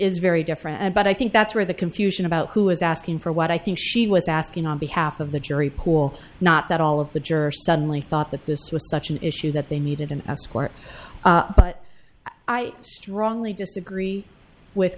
is very different but i think that's where the confusion about who is asking for what i think she was asking on behalf of the jury pool not that all of the juror suddenly thought that this was such an issue that they needed an escort but i strongly disagree with